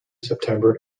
september